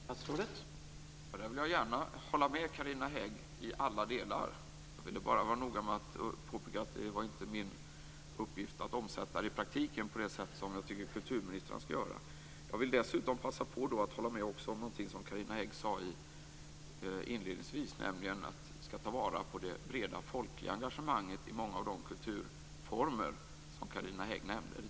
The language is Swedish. Herr talman! Där vill jag gärna hålla med Carina Hägg i alla delar. Jag ville bara vara noga med att påpeka att det inte var min uppgift att omsätta det i praktiken på det sätt som jag tycker att kulturministrarna skall göra. Jag vill dessutom passa på att också hålla med om något som Carina Hägg sade inledningsvis, nämligen att vi skall ta vara på det breda folkliga engagemanget i många av de kulturformer som Carina Hägg nämnde.